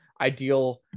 ideal